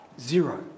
zero